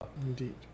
Indeed